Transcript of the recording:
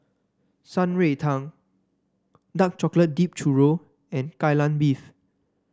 Shan Rui Tang Dark Chocolate Dip Churro and Kai Lan Beef